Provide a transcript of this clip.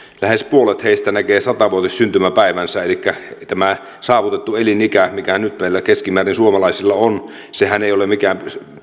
lähes puolet näkee sata vuotissyntymäpäivänsä elikkä tämä saavutettu elinikä mikä nyt meillä keskimäärin suomalaisilla on ei ole mikään